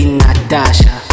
natasha